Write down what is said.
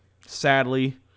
sadly